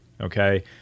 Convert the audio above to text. okay